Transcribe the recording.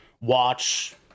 watch